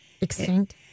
Extinct